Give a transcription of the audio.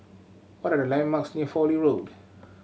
what are the landmarks near Fowlie Road